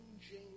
changing